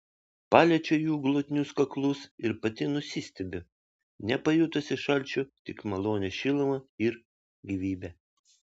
paliečiu jų glotnius kaklus ir pati nusistebiu nepajutusi šalčio tik malonią šilumą ir gyvybę